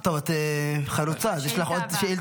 את חרוצה, אז יש לך עוד שאילתה.